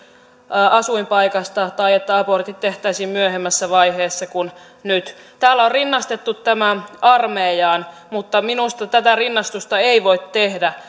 asuinpaikasta tai että abortit tehtäisiin myöhemmässä vaiheessa kuin nyt täällä on rinnastettu tämä armeijaan mutta minusta tätä rinnastusta ei voi tehdä